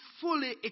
fully